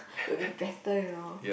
will be better you know